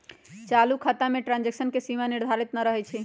चालू खता में ट्रांजैक्शन के सीमा निर्धारित न रहै छइ